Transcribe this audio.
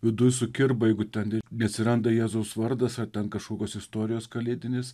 viduj sukirba jeigu ten neatsiranda jėzaus vardas ar ten kažkokios istorijos kalėdinis